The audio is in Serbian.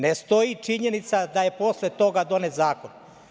Ne stoji činjenica da je posle toga donet zakon.